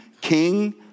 king